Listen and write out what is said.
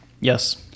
Yes